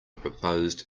proposed